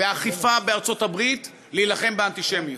והאכיפה בארצות-הברית, להילחם באנטישמיות.